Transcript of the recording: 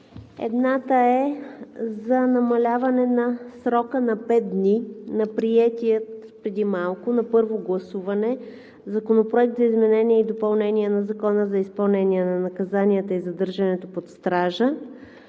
Едната е за намаляване на срока на пет дни на приетия преди малко на първо гласуване Законопроект за изменение и допълнение на Закона за изпълнение на наказанията и задържането под стража,